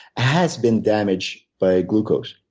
has been damaged by glucose.